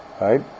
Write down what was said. right